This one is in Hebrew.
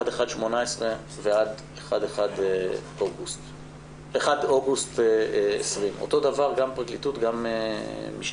1 בינואר 2018 עד 1 באוגוסט 2020. אותו דבר גם פרקליטות וגם משטרה.